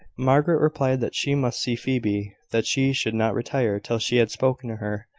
margaret replied that she must see phoebe that she should not retire till she had spoken to her,